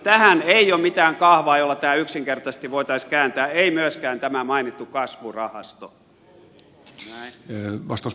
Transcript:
tähän ei ole mitään kahvaa jolla tämä yksinkertaisesti voitaisiin kääntää ei myöskään tämä mainittu kasvurahasto